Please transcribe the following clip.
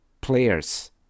players